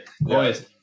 boys